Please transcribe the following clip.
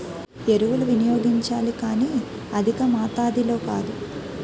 ఎరువులు వినియోగించాలి కానీ అధికమాతాధిలో కాదు